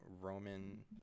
roman